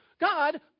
God